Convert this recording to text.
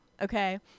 okay